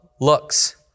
looks